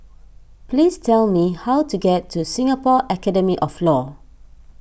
please tell me how to get to Singapore Academy of Law